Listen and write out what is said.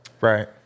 Right